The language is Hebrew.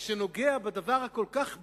שנוגע בדבר הכל-כך בסיסי,